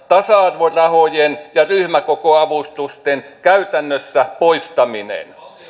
tasa arvorahojen ja ryhmäkokoavustusten käytännössä poistaminen